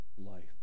life